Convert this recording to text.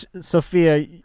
Sophia